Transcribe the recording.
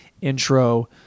intro